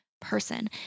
person